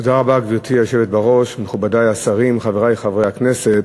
בראש, תודה רבה, מכובדי השרים, חברי חברי הכנסת,